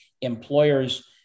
employers